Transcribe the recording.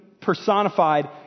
personified